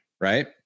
right